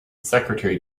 secretary